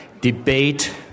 debate